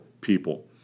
people